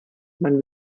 man